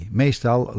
meestal